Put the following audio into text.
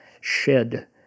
shed